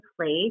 place